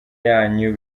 yanyu